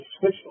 switch